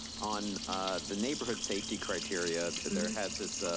on the neighborhood safety criteria, and there has this